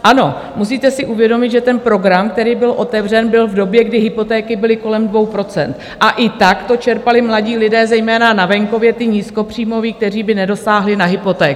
Ano, musíte si uvědomit, že ten program, který byl otevřen, byl v době, kdy hypotéky byly kolem 2 %, a i tak to čerpali mladí lidé, zejména na venkově ti nízkopříjmoví, kteří by nedosáhli na hypotéku.